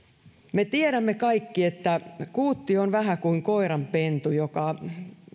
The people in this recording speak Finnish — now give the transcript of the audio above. me tiedämme kaikki että kuutti on vähän kuin koiranpentu joka